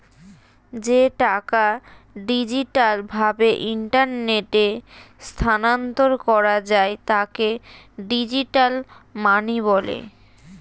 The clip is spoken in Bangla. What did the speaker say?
যে টাকা ডিজিটাল ভাবে ইন্টারনেটে স্থানান্তর করা যায় তাকে ডিজিটাল মানি বলে